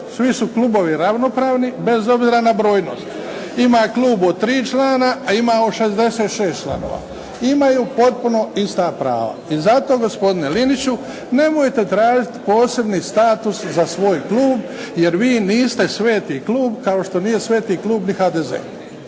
Svi su klubovi ravnopravni bez obzira na brojnost. Ima klub od 3 člana, a ima od 66 članova. Imaju potpuno ista prava i zato gospodine Liniću nemojte tražiti posebni status za svoj klub jer vi niste sveti klub kao što nije sveti klub ni HDZ.